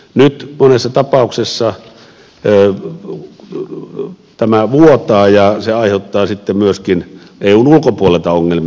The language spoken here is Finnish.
nyt monessa tapauksessa tämä vuotaa ja se aiheuttaa sitten myöskin eun ulkopuolelta ongelmia